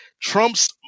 trump's